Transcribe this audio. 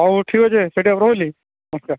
ହଉ ଠିକ ଅଛେ ସେଠୀ ବାବୁ ରହିଲି ନମସ୍କାର